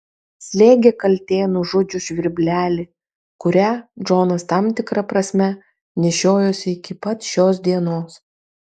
slėgė kaltė nužudžius žvirblelį kurią džonas tam tikra prasme nešiojosi iki pat šios dienos